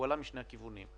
הוא עלה משני הכיוונים,